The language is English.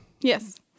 Yes